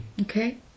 Okay